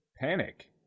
panic